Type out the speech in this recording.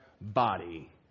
body